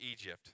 Egypt